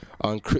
on